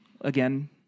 again